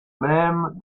même